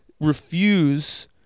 refuse